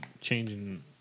changing